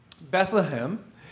Bethlehem